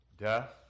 Death